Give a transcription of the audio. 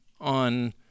on